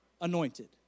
Anointed